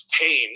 pain